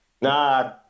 Nah